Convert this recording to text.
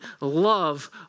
Love